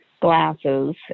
glasses